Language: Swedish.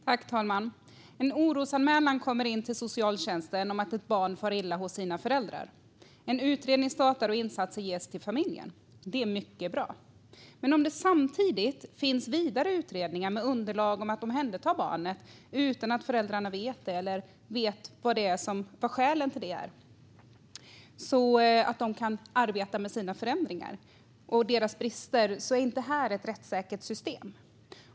Fru talman! En orosanmälan kommer in till socialtjänsten om att ett barn far illa hos sina föräldrar. En utredning startar, och insatser ges till familjen. Det är mycket bra. Men det är inte ett rättssäkert system om det samtidigt finns vidare utredningar med underlag om att omhänderta barnet utan att föräldrarna vet om det eller vet vad skälen till det är, så att de kan arbeta med förändringar för att åtgärda sina brister.